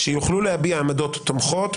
שיוכלו להביע עמדות תומכות,